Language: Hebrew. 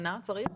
צריך שנה?